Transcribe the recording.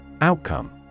Outcome